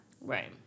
Right